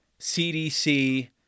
CDC